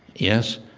yes